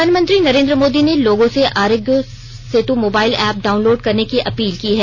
प्रधानमंत्री नरेंद्र मोदी ने लोगों से Aarogya Setu mobile app download करने की अपील की है